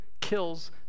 kills